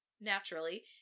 naturally